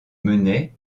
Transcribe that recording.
menait